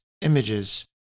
images